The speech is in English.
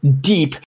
deep